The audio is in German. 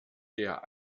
der